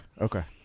okay